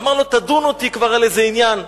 ואמר לו: תדון אותי כבר על איזה עניין.